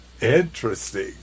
Interesting